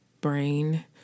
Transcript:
brain